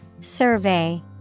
Survey